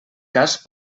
cas